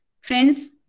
Friends